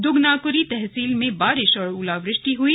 दुग नाकुरी तहसील में बारिश और ओलावृष्टि हुई